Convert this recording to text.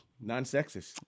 Non-sexist